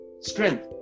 strength